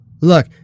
Look